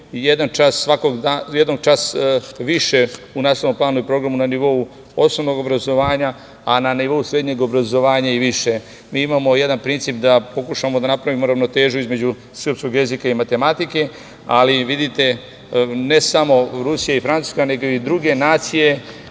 ili Rusija, imaju jedan čas više u nastavnom planu i programu na nivou osnovnog obrazovanja, a na nivou srednjeg obrazovanja i više. Mi imamo jedan princip da pokušamo da napravimo ravnotežu između srpskog jezika i matematike, ali vidite, ne samo Rusija i Francuska nego i druge nacije